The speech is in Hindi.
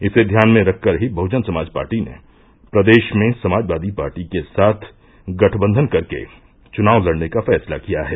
इसे ध्यान में रखकर ही बहुजन समाज पार्टी ने प्रदेश में समाजवादी पार्टी के साथ गठबंधन कर के चुनाव लड़ने का फैसला किया है